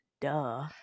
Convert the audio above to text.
duh